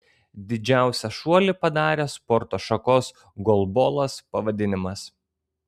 didžiausią šuolį padarė sporto šakos golbolas pavadinimas